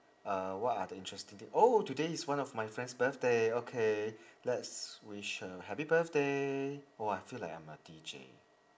uh what are the interesting thing oh today is one of my friend's birthday okay let's wish her happy birthday oh I feel like I'm a D_J